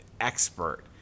expert